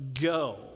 Go